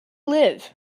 live